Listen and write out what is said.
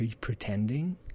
pretending